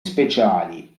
speciali